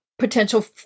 potential